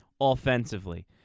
offensively